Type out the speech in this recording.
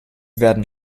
werden